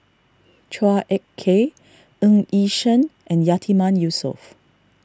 Chua Ek Kay Ng Yi Sheng and Yatiman Yusof